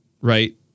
right